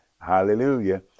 hallelujah